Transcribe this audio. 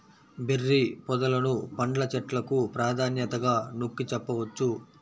berry పొదలను పండ్ల చెట్లకు ప్రాధాన్యతగా నొక్కి చెప్పవచ్చు